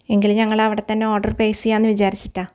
എങ്കില് ഞങ്ങളവിടെത്തന്നെ order place ചെയ്യാമെന്ന് വിചാരിച്ചിട്ടാണ്